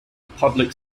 public